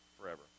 forever